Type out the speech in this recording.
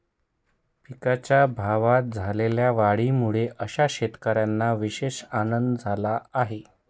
पिकांच्या भावात झालेल्या वाढीमुळे अशा शेतकऱ्यांना विशेष आनंद झाला आहे